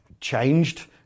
changed